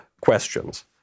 questions